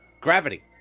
gravity